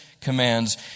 commands